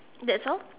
that's all